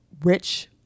rich